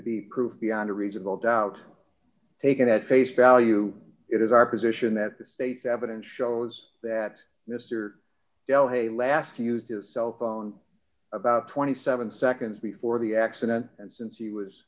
be proved beyond a reasonable doubt taken at face value it is our position that the state's evidence shows that mr l hay last used his cell phone about twenty seven seconds before the accident and since he was